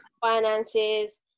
finances